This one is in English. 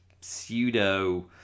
pseudo